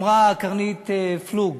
היום אמרה קרנית פלוג,